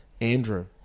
Andrew